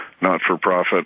not-for-profit